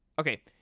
Okay